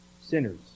sinners